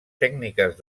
tècniques